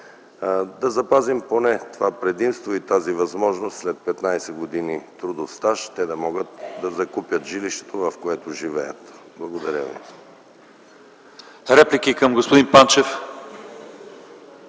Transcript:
Да запазим поне това предимство и тази възможност - след 15 години трудов стаж те да могат да закупят жилището, в което живеят. Благодаря ви.